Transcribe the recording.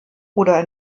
oder